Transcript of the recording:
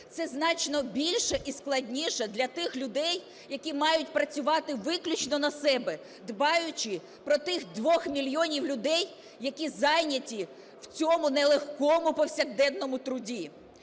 це значно більше і складніше для тих людей, які мають працювати виключно на себе, дбаючи про тих 2 мільйонів людей, які зайняті в цьому нелегкому повсякденному труді.